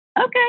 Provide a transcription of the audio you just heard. Okay